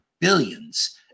Billions